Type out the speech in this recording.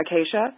Acacia